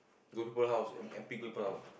go people house M M_P go people house